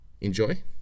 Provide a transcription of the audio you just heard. enjoy